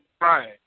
Right